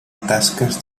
tasques